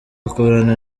akorana